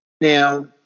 now